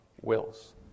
wills